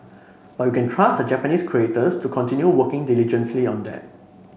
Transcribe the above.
but we can trust the Japanese creators to continue working diligently on that